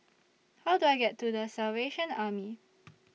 How Do I get to The Salvation Army